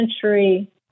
century